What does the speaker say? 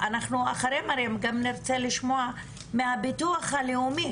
אנחנו אחרי מרים גם נרצה לשמוע מהביטוח הלאומי,